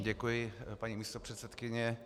Děkuji, paní místopředsedkyně.